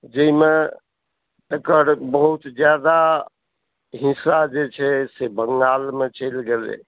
जाहिमे एकर बहुत जादा हिस्सा जे छै से बंगालमे चलि गेलै